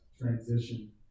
transition